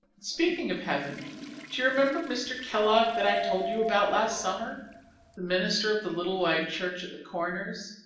speaking of heaven do you remember mr. kellogg that i told you about last summer the minister of the little white church at the corners.